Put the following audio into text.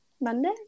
Monday